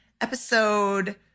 episode